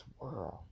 world